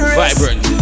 vibrant